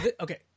okay